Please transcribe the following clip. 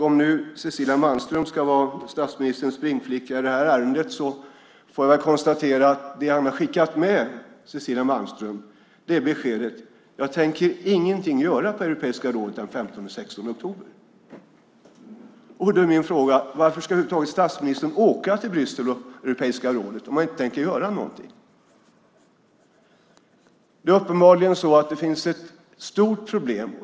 Om nu Cecilia Malmström ska vara statsministerns springflicka i det här ärendet får jag väl konstatera att det han har skickat med henne är beskedet: Jag tänker ingenting göra på Europeiska rådet den 15 och 16 oktober. Då är min fråga: Varför ska statsministern över huvud taget åka till Bryssel och Europeiska rådet om han inte tänker göra någonting? Det finns uppenbarligen ett stort problem.